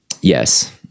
Yes